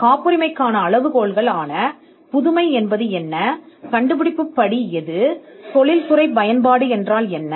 காப்புரிமைக்கான அளவுகோல்கள் புதுமை என்ன கண்டுபிடிப்பு படி என்றால் என்ன தொழில்துறை பயன்பாடு என்றால் என்ன